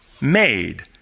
made